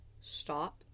Stop